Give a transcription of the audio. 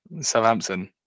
southampton